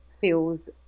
feels